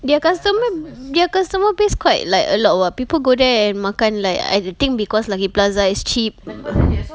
their customer their customer base quite like a lot [what] people go there and makan like I think because lucky plaza is cheap